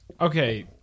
Okay